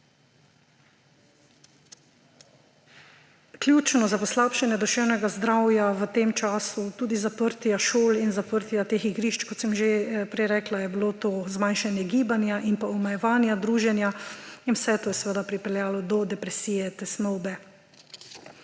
Ključno za poslabšanje duševnega zdravja v tem času, tudi zaprtje šol in zaprtje teh igrišč, kot sem že prej rekla, je bilo to zmanjšanje gibanja in omejevanja druženja in vse to je seveda pripeljalo do depresije, tesnobe